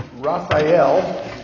Raphael